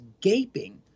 gaping